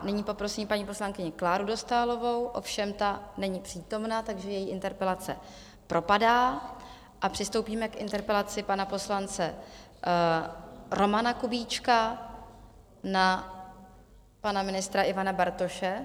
Nyní poprosím paní poslankyni Kláru Dostálovou, ovšem ta není přítomna, takže její interpelace propadá, a přistoupíme k interpelaci pana poslance Kubíčka na pana ministra Bartoše.